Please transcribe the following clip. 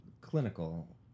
clinical